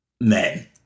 men